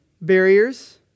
barriers